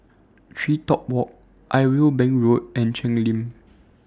TreeTop Walk Irwell Bank Road and Cheng Lim